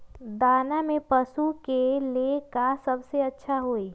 दाना में पशु के ले का सबसे अच्छा होई?